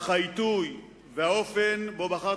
אך העיתוי והאופן שבו בחרת,